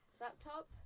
laptop